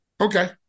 Okay